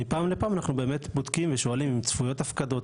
מפעם לפעם אנחנו באמת בודקים ושואלים אם צפויות הפקדות,